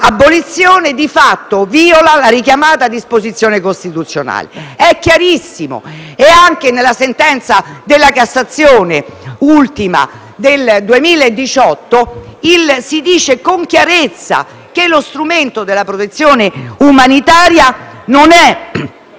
abolizione di fatto viola la richiamata disposizione costituzionale. È evidente e anche nella sentenza della Cassazione del 2018 si dice con chiarezza che lo strumento della protezione umanitaria non è